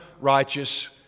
righteous